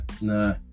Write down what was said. No